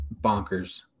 bonkers